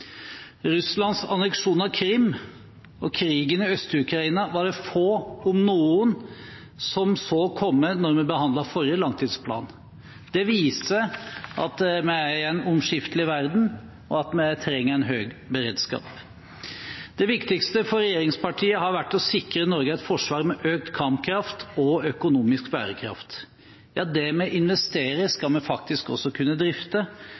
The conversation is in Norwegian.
Russlands anneksjon av Krim og krigen i Øst-Ukraina var det få – om noen – som så komme da vi behandlet forrige langtidsplan. Det viser at vi er i en omskiftelig verden, og at vi trenger en høy beredskap. Det viktigste for regjeringspartiene har vært å sikre Norge et forsvar med økt kampkraft og økonomisk bærekraft. Det vi investerer i, skal vi faktisk også kunne drifte,